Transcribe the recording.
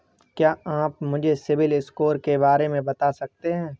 क्या आप मुझे सिबिल स्कोर के बारे में बता सकते हैं?